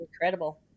Incredible